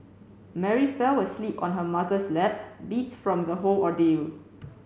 Mary fell asleep on her mother's lap beat from the whole ordeal